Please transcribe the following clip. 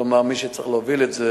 כלומר, מי שצריך להוביל את זה